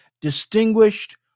distinguished